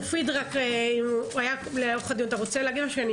מופיד, אתה רוצה להגיד משהו?